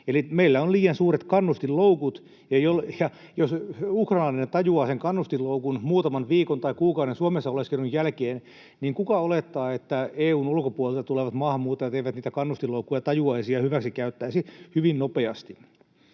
Eli meillä on liian suuret kannustinloukut. Jos ukrainalainen tajuaa sen kannustinloukun muutaman viikon tai kuukauden Suomessa oleskelun jälkeen, niin kuka olettaa, että EU:n ulkopuolelta tulevat maahanmuuttajat eivät niitä kannustinloukkuja tajuaisi ja hyväksikäyttäisi hyvin nopeasti?